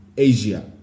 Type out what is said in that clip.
asia